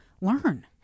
learn